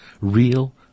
real